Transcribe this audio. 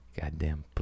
Goddamn